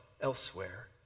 elsewhere